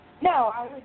No